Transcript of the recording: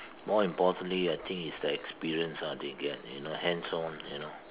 more importantly I think is the experience they get you know hands on you know